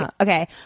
Okay